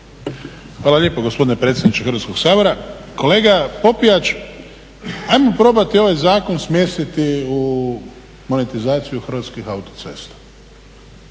Hvala lijepo gospodine predsjedniče Hrvatskog sabora. Kolega Popijač, ajmo probati ovaj zakon smjestiti u monetizaciju Hrvatskih autocesta